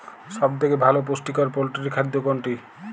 সব থেকে ভালো পুষ্টিকর পোল্ট্রী খাদ্য কোনটি?